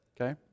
okay